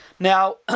Now